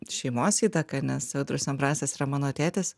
šeimos įtaka nes audrius ambrasas yra mano tėtis